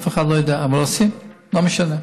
אף אחד לא יודע, אבל עושים, לא משנה.